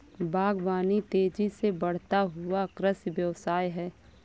बागवानी तेज़ी से बढ़ता हुआ कृषि व्यवसाय है